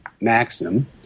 maxim